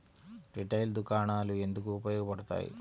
Retail దుకాణాలు ఎందుకు ఉపయోగ పడతాయి?